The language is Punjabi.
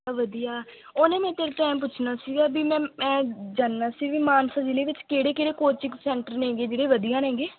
ਵਧੀਆ ਉਹ ਨਾ ਮੈਂ ਤੇਰੇ ਤੋਂ ਐਂ ਪੁੱਛਣਾ ਸੀਗਾ ਵੀ ਮੈਂ ਮੈਂ ਜਾਨਣਾ ਸੀ ਵੀ ਮਾਨਸਾ ਜ਼ਿਲ੍ਹੇ ਵਿੱਚ ਕਿਹੜੇ ਕਿਹੜੇ ਕੋਚਿੰਗ ਸੈਂਟਰ ਨੇ ਗੇ ਜਿਹੜੇ ਵਧੀਆ ਨੇਗੇ